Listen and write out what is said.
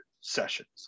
sessions